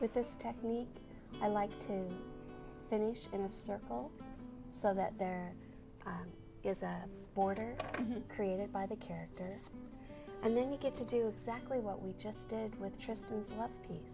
with this technique i like to finish in a circle so that there is a border created by the character and then we get to do exactly what we just did with tristen fluff piece